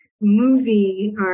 movie